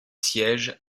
sièges